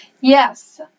Yes